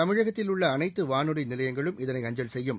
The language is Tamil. தமிழகத்தில் உள்ள அனைத்து வானொலி நிலையங்களும் இதனை அஞ்சல் செய்யும்